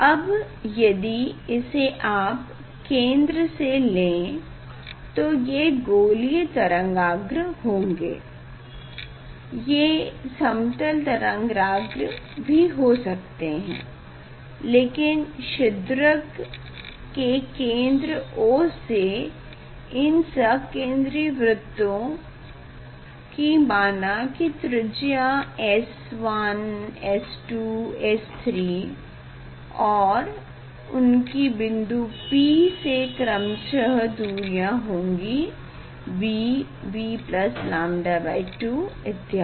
अब यदि इसे आप केंद्र से लें तो ये गोलीय तरंगाग्र होंगे ये समतल तरंगाग्र भी हो सकते हैं लेकिन छिद्रक के केंद्र O से इन सकेंद्री वृत्तों की माना की त्रिज्या होगी S1 S2 S3 और उनकी बिन्दु P से क्रमशः दूरी होंगी b bλ2 इत्यादि